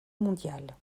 mondiale